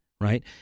right